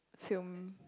film